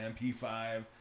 MP5